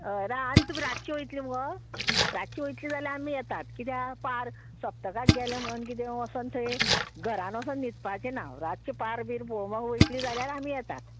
हय राव आनी तुमी रातची वयतली मुगो रातची वयतली जाल्यार आमी येतात कित्याक पार सप्तकाक गेले म्हणून किदें वोसोन थंय घरान वोसोन न्हिदपाचें ना रातचें पार बी पोवपा वयतलीं जाल्यार आमी येतात